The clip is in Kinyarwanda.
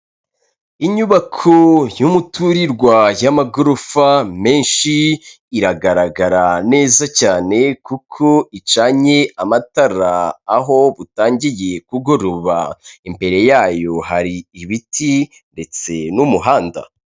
Inyubako y'umuturirwa y'amagorofa menshi iragaragara neza cyane kuko icanye amatara aho butangiye kugoroba, imbere yayo hari ibiti ndetse n'umuhanda.